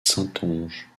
saintonge